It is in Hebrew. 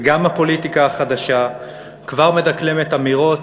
וגם הפוליטיקה החדשה כבר מדקלמת אמירות